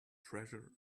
treasure